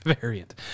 variant